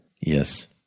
Yes